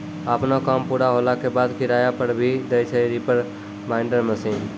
आपनो काम पूरा होला के बाद, किराया पर भी दै छै रीपर बाइंडर मशीन